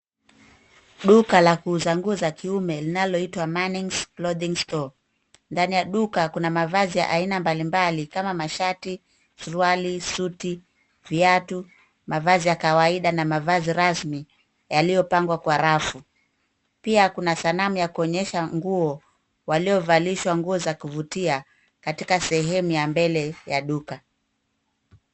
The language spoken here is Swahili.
Duka la kuuza nguo za kiume linaloitwa Manix Clothing Store . Ndani ya duka kuna mavazi ya aina mbalimbali kama mashati, suruali, suti, viatu, mavazi ya kawaida na mavazi rasmi yaliyopangwa kwa rafu. Pia kuna sanamu ya kuonyesha nguo waliovalishwa nguo za kuvutia katika sehemu ya mbele ya duka.